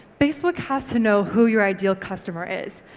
facebook has to know who your ideal customer is,